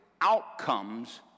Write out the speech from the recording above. outcomes